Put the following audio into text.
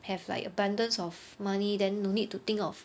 have like abundance of money then no need to think of